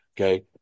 okay